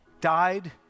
died